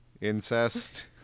incest